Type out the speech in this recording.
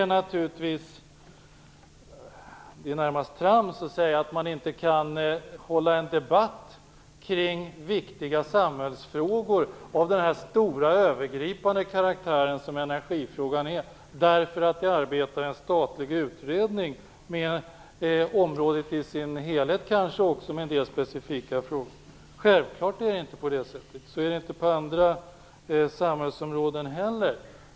Det är naturligtvis närmast trams att säga att man inte kan hålla en debatt kring viktiga samhällsfrågor av den stora övergripande karaktär som energifrågan är därför att en statlig utredning arbetar med området i sin helhet och kanske även med en del specifika frågor. Självklart är det inte på det sättet. Så är det inte på andra samhällsområden heller.